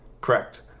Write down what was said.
Correct